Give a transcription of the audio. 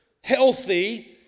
healthy